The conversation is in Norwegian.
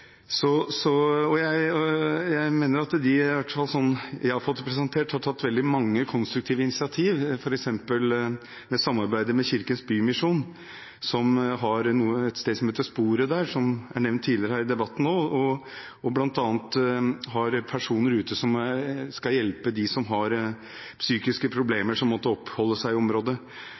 Jeg mener at de, iallfall sånn som jeg har fått det presentert, har tatt mange konstruktive initiativ, f.eks. gjennom samarbeid med Kirkens Bymisjon, som har et sted som heter Sporet, som også er nevnt tidligere i debatten. De har bl.a. personer ute som skal hjelpe dem som har psykiske